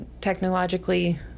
technologically